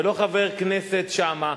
ולא חבר הכנסת שאמה,